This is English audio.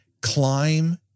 Climb